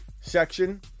section